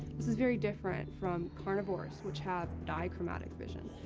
this is very different from carnivores, which have dichromatic vision.